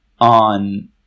on